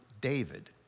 David